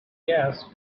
gas